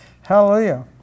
Hallelujah